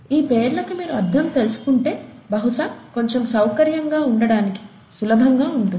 ఈ పేర్లకి మీరు అర్థం తెలుసుకుంటే బహుశా కొంచెం సౌకర్యంగా ఉండటానికి సులభంగా ఉంటుంది